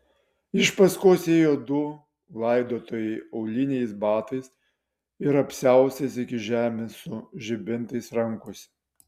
iš paskos ėjo du laidotojai auliniais batais ir apsiaustais iki žemės su žibintais rankose